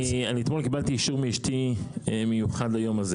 אני אתמול קיבלתי אישור מיוחד מאשתי ליום הזה.